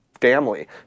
Family